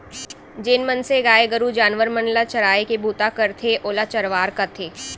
जेन मनसे गाय गरू जानवर मन ल चराय के बूता करथे ओला चरवार कथें